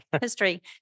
history